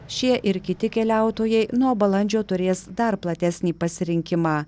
šie ir kiti keliautojai nuo balandžio turės dar platesnį pasirinkimą